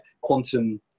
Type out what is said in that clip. quantum